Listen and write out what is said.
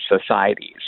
societies